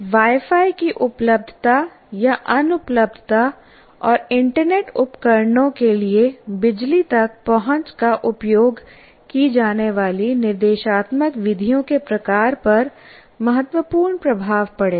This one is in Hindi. वाई फाई की उपलब्धता या अनुपलब्धता और इंटरनेट उपकरणों के लिए बिजली तक पहुंच का उपयोग की जाने वाली निर्देशात्मक विधियों के प्रकार पर महत्वपूर्ण प्रभाव पड़ेगा